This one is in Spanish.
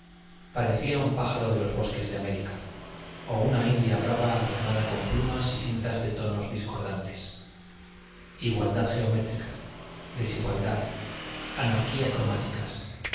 parecía un pájaro de los bosques de américa o una india brava adornada con plumas y cintas de tonos discordantes igualdad geométrica desigualdad anarquía cromáticas